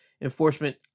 Enforcement